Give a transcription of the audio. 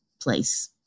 place